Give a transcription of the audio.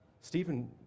Stephen